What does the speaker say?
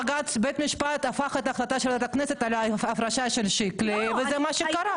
בג"ץ הפך את ההחלטה של ועדת הכנסת על ההפרשה של שיקלי וזה מה שקרה.